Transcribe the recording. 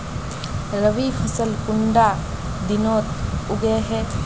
रवि फसल कुंडा दिनोत उगैहे?